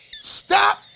Stop